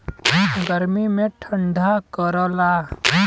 गर्मी मे ठंडा करला